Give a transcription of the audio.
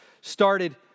started